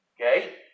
Okay